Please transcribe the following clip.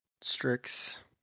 Strix